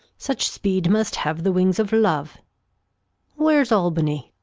such speed must have the wings of love where's albany'.